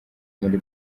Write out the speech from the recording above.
muri